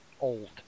old